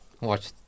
watch